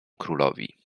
królowi